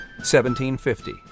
1750